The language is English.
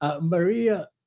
Maria